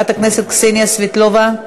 חברת הכנסת קסניה סבטלובה,